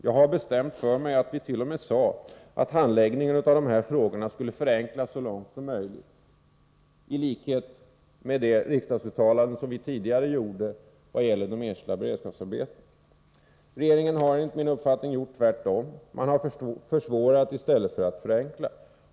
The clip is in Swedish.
Jag har bestämt för mig att vi t.o.m. sade att handläggningen av de här frågorna skulle förenklas så långt som möjligt, precis som handläggningen av de enskilda beredskapsarbetena, enligt det riksdagsuttalande vi tidigare gjorde. Regeringen har enligt min uppfattning gjort tvärtom: man har försvårat i stället för att förenkla.